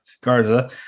Garza